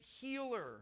healer